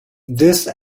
this